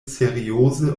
serioze